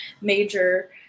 major